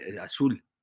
azul